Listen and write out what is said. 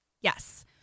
Yes